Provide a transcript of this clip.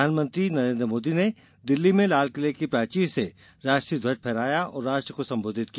प्रधानमंत्री नरेन्द्र मोदी ने दिल्ली में लालकिले के प्राचीर से राष्ट्रीय ध्वज फहराया और राष्ट्र को संबोधित किया